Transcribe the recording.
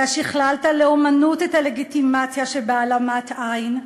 אתה שכללת לאמנות את הלגיטימציה שבהעלמת עין,